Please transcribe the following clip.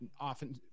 often